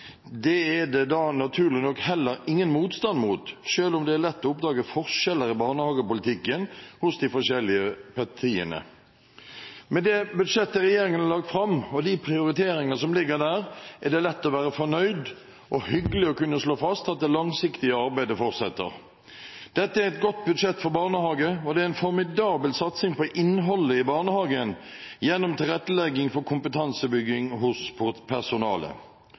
Det er det naturlig nok heller ingen motstand mot, selv om det er lett å oppdage forskjeller i barnehagepolitikken hos de forskjellige partiene. Med det budsjettet regjeringen har lagt fram, og de prioriteringer som ligger der, er det lett å være fornøyd og hyggelig å kunne slå fast at det langsiktige arbeidet fortsetter. Dette er et godt budsjett for barnehagen, og det er en formidabel satsing på innholdet i barnehagen gjennom tilrettelegging for kompetansebygging hos personalet.